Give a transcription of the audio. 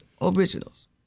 Originals